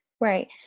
Right